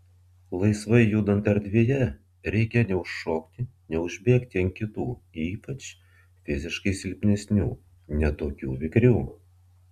laisvai judant erdvėje reikia neužšokti neužbėgti ant kitų ypač fiziškai silpnesnių ne tokių vikrių